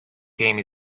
game